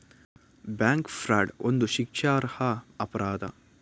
bank fraud ಒಂದು ಶಿಕ್ಷಾರ್ಹ ಅಪರಾಧ